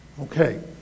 Okay